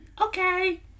okay